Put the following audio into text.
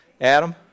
Adam